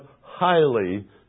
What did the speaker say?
highly